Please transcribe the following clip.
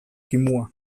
kimua